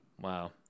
Wow